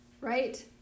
right